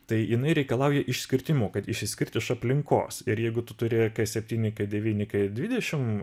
tai jinai reikalauja išskirtimo kad išsiskirt iš aplinkos ir jeigu tu turi septyni k devyni k dvidešim